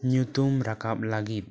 ᱧᱩᱛᱩᱢ ᱨᱟᱠᱟᱵᱽ ᱞᱟᱹᱜᱤᱫ